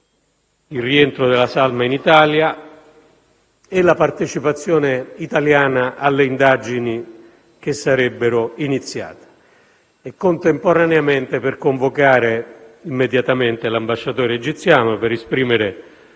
il rientro della salma in Italia e la partecipazione italiana alle indagini che sarebbero iniziate e, contemporaneamente, per convocare immediatamente l'ambasciatore egiziano al fine di esprimere